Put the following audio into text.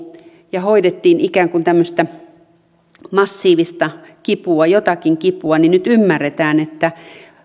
ja hoidettiin ikään kuin massiivista kipua jotakin kipua niin nyt ymmärretään että